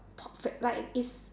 like is